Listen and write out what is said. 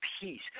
peace